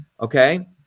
okay